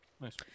Nice